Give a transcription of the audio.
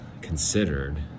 considered